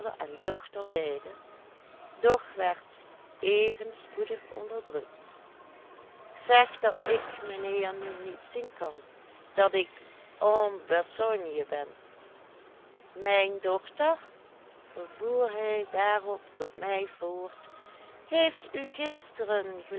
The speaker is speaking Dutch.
en dochter beide doch werd even spoedig onderdrukt zeg dat ik mijnheer nu niet zien kan dat ik en besogne ben mijn dochter voer hij daarop tot mij voort heeft u gisteren